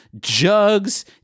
jugs